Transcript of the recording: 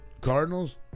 Cardinals